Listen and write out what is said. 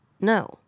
No